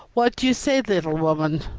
what do you say, little woman?